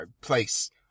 place